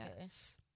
yes